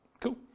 Cool